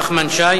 חבר הכנסת נחמן שי,